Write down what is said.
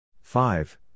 five